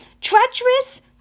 treacherous